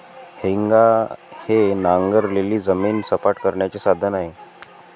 हेंगा हे नांगरलेली जमीन सपाट करण्याचे साधन आहे